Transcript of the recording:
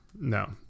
No